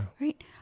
Right